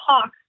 talk